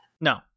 No